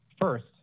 First